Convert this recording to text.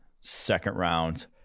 second-round